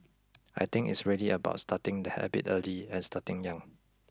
I think it's really about starting the habit early and starting young